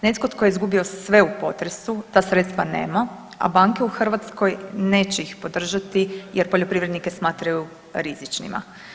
Netko tko je izgubio sve u potresu ta sredstva nema, a banke u Hrvatskoj neće ih podržati jer poljoprivrednike smatraju rizičnima.